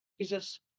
Jesus